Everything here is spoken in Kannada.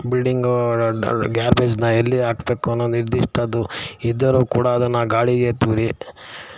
ಬಿಲ್ಡಿಂಗ್ ಗ್ಯಾರ್ಬೇಜನ್ನ ಎಲ್ಲಿ ಹಾಕ್ಬೇಕು ಅನ್ನೋ ನಿರ್ದಿಷ್ಟ ಅದು ಇದ್ದರೂ ಕೂಡ ಅದನ್ನು ಗಾಳಿಗೆ ತೂರಿ